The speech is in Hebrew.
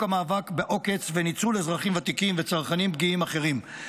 המאבק בעוקץ וניצול אזרחים ותיקים וצרכנים פגיעים אחרים.